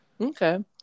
Okay